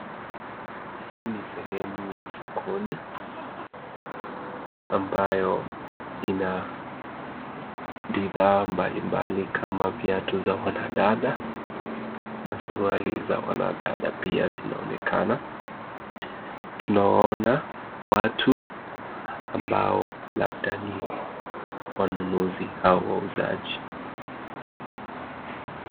Hii ni sehemu ya sokoni ambayo ina bidhaa mbalimbali kama viatu za wanadada na suruali za wanadada pia zinaonekana. Tunaona watu ambao labda ni wanunuzi au wauzaji.